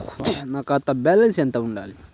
నా ఖాతా బ్యాలెన్స్ ఎంత ఉండాలి?